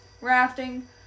rafting